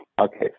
Okay